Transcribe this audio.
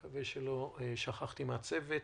אני מקווה שלא שכחתי איש מהצוות.